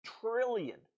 trillion